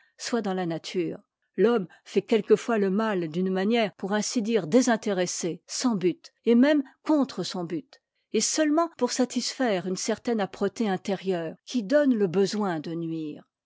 soit dans la nature l'homme fait quelquefois e mal d'une manière pour ainsi dire désintéressée sans but et même contre son but et seulement pour satisfaire une certaine âpreté intérieure qui donne le besoin de nuire